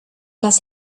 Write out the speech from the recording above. las